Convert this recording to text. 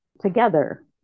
together